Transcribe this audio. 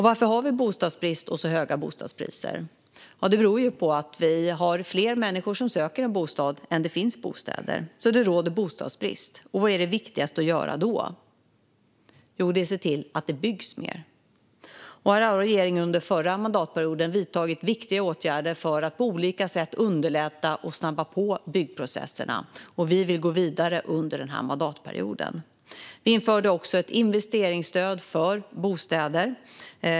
Varför är det bostadsbrist och så höga bostadspriser? Det beror på att det finns fler människor som söker bostad än det finns bostäder, så det råder bostadsbrist. Vad är det viktigaste att göra då? Jo, det är att se till att det byggs mer. Regeringen vidtog under förra mandatperioden viktiga åtgärder för att på olika sätt underlätta och snabba på byggprocesserna, och vi vill gå vidare under denna mandatperiod. Vi införde också ett investeringsstöd för bostäder.